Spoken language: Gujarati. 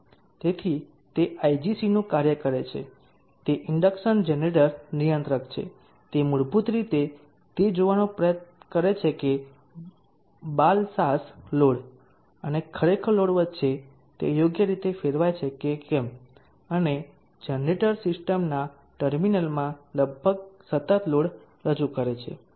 તેથી તે IGC નું કાર્ય છે તે ઇન્ડક્શન જનરેટર નિયંત્રક છે તે મૂળભૂત રીતે તે જોવાનો પ્રયાસ કરે છે કે બાલસાસ લોડ અને ખરેખર લોડ વચ્ચે તે યોગ્ય રીતે ફેરવાય છે અને જનરેટર સિસ્ટમના ટર્મિનલ્સમાં લગભગ સતત લોડ રજૂ કરે છે